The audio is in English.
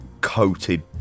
coated